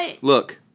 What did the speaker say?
look